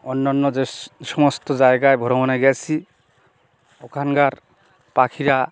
অন্যান্য যে সমস্ত জায়গায় ভ্রমণে গিয়েছি ওখানকার পাখিরা